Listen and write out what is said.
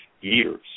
years